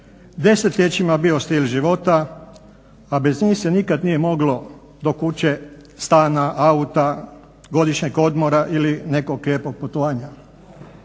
desetljećima bio stil života a bez njih se nikad nije moglo do kuće, stana, auta, godišnjeg odmora ili nekog lijepog putovanja.